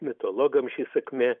mitologams ši sakmė